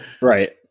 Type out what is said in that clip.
right